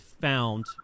found